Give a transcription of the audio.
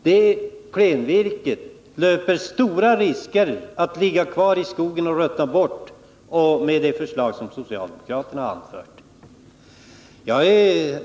Det är stor risk att det klenvirket får ligga kvar i skogen och ruttna om socialdemokraternas förslag genomförs.